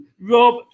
Rob